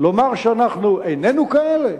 לומר שאנחנו איננו כאלה?